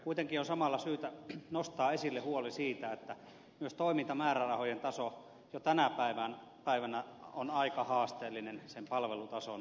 kuitenkin on samalla syytä nostaa esille huoli siitä että myös toimintamäärärahojen taso jo tänä päivänä on aika haasteellinen sen palvelutason ylläpitämiseen